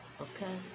Okay